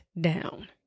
down